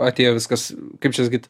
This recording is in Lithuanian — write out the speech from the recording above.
atėjo viskas kaip čia sakyt